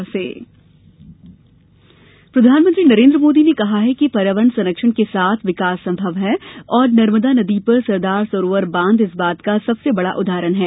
प्रधानमंत्री सरदार सरोवर प्रधानमंत्री नरेन्द्र मोदी ने कहा है कि पर्यावरण संरक्षण के साथ विकास संभव है और नर्मदा नदी पर सरदार सरोवर बांध इस बात का सबसे बड़ा उदाहरण है